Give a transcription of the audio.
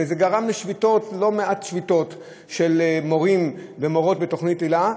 וזה גרם ללא מעט שביתות של מורים ומורות בתוכנית היל"ה,